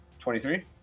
23